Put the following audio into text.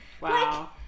Wow